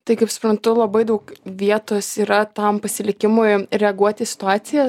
tai kaip suprantu labai daug vietos yra tam pasilikimui reaguoti į situaciją